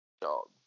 Dog